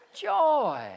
Joy